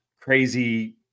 crazy